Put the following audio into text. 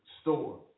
store